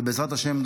ובעזרת השם,